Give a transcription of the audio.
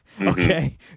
okay